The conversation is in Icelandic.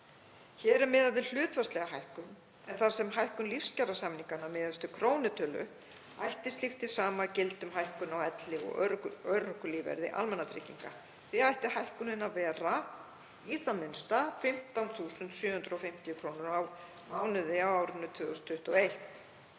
Hér er miðað við hlutfallslega hækkun en þar sem hækkun lífskjarasamninganna er krónutöluhækkun ætti slíkt hið sama að gilda um hækkun á elli- og örorkulífeyri almannatrygginga. Því ætti hækkunin að vera í það minnsta 15.750 kr. á mánuði á árinu 2021.